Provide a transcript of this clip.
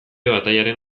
batailaren